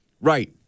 Right